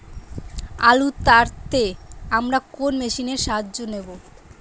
আলু তাড়তে আমরা কোন মেশিনের সাহায্য নেব?